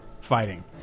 fighting